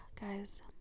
guys